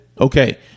Okay